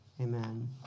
Amen